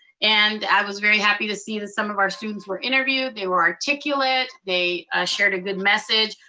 and i was very happy to see that some of our students were interviewed. they were articulate, they shared a good message,